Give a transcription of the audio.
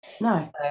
No